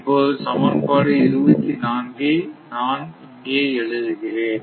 இப்போது சமன்பாடு 24 ஐ நான் இங்கே எழுதுகிறேன்